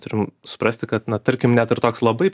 turim suprasti kad na tarkim net ir toks labai